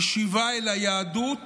היא שיבה אל היהדות